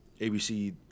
ABC